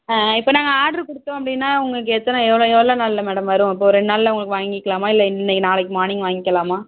ஆ இப்போ நாங்கள் ஆடர் கொடுத்தோம் அப்படினா உங்களுக்கு எத்தனை எவ்வளோ எவ்வளோ நாளில் மேடம் வரும் ரெண்டு நாளில் வாங்கிக்கலாமா இல்லை இன்ன நாளைக்கு மார்னிங் வாங்கிகலாமா